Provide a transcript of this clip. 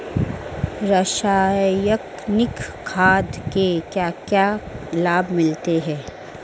रसायनिक खाद के क्या क्या लाभ मिलते हैं?